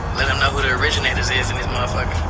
let them know who their originators is in this motherfuckin'.